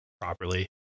properly